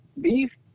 beef